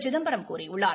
சிதம்பரம் கூறியுள்ளார்